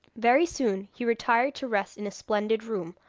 very soon he retired to rest in a splendid room,